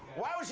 why was she